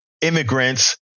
immigrants